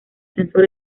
sensor